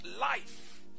life